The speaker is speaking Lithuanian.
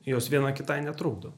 jos viena kitai netrukdo